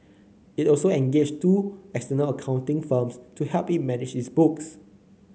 it also engaged two external accounting firms to help it manage its books